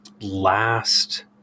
last